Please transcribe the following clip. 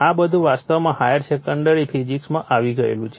આ બધું વાસ્તવમાં હાયર સેકન્ડરી ફિઝિક્સમાં આવી ગયેલું છે